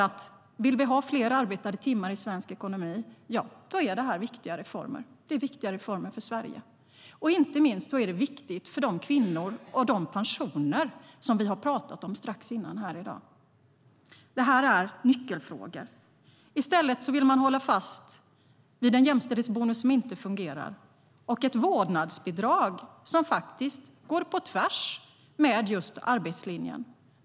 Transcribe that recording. Vill vi ha fler arbetade timmar i svensk ekonomi är det här viktiga reformer. Inte minst är det viktigt för de kvinnor och de pensioner som vi pratade om nyss. Det här är nyckelfrågor.I stället vill man hålla fast vid en jämställdhetsbonus som inte fungerar och ett vårdnadsbidrag som går på tvärs med arbetslinjen.